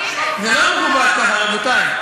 זה לא מקובל ככה, רבותי.